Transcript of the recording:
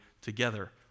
together